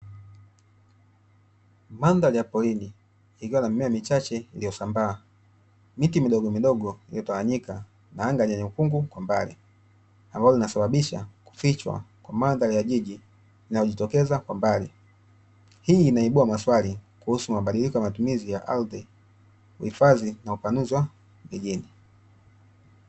Mandhari ya porini ikiwa na mimea michache iliyosambaa, miti midogomidogo ilotawanyika na anga lenye ukungu kwa mbali, ambalo linasababisha kufichwa kwa mandhari ya jiji inayojitokeza kwa mbali. Hii inaibua maswali kuhusu mabadiliko ya matumizi ya ardhi, uhifadhi na upanuzi wa jijini.